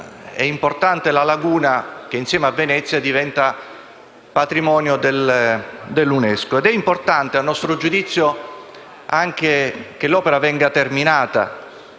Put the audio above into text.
è importante la laguna che, insieme a Venezia, diventa patrimonio dell'Unesco. È altresì importante - a nostro giudizio - anche che l'opera venga terminata.